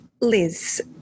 Liz